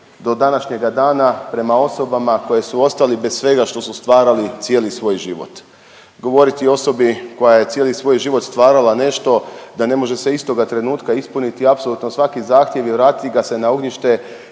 do današnjega dana prema osobama koji su ostali bez svega što su stvarali cijeli svoj život. Govoriti osobi koja je cijeli svoj život stvarala nešto da ne može se istoga trenutka ispuniti apsolutno svaki zahtjev i vratiti ga se na ognjište